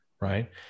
right